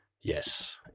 Yes